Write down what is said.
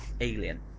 Alien